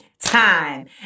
time